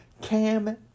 Cam